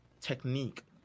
technique